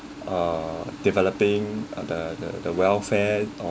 uh developing the the the welfare